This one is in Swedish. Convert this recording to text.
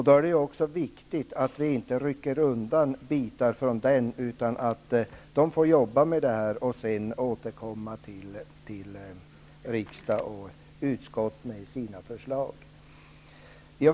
Det är då viktigt att vi inte rycker undan delar, utan att man i omställningskommissionen får arbeta med det hela och återkomma till utskottet och riksdagen med sina förslag.